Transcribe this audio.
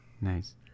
Nice